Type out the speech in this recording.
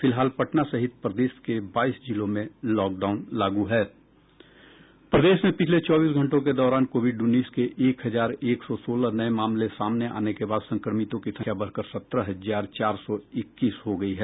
फिलहाल पटना सहित प्रदेश के बाईस जिलों में लॉकडाउन लागू है प्रदेश में पिछले चौबीस घंटों के दौरान कोविड उन्नीस के एक हजार एक सौ सोलह नये मामले सामने आने के बाद संक्रमितों की संख्या बढ़कर सत्रह हजार चार सौ इक्कीस हो गयी है